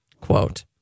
Quote